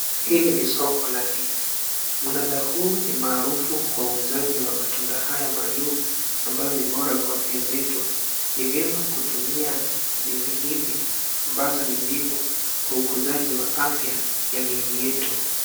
Hili ni soko la ndizi. Mnanda huu ni maarufu kwa uuzaji wa matunda haya maalum ambayo ni bora kwa afya zetu. Ni vyema kutumia ndizi hizi ambazo ni mbivu kwa ukuzaji wa afya ya miili yetu.